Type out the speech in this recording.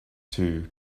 two